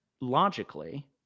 logically